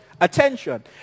attention